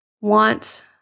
want